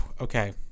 Okay